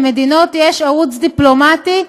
למדינות יש ערוץ דיפלומטי,